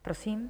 Prosím.